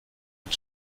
und